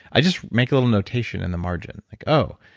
i'd just make a little notation in the margin. like oh.